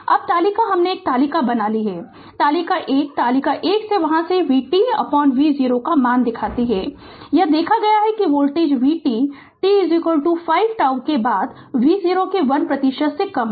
अब तालिका हमने एक तालिका बना ली है तालिका 1 तालिका 1 से वहां से vtv0 का मान दिखाती है यह देखा गया है कि वोल्टेज vt t 5 τ के बाद v0 के 1 प्रतिशत से कम है